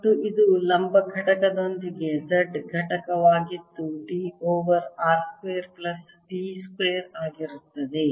ಮತ್ತು ಇದು ಲಂಬ ಘಟಕದೊಂದಿಗೆ z ಘಟಕವಾಗಿದ್ದು d over r square plus d square ಆಗಿರುತ್ತದೆ